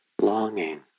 longing